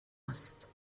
هست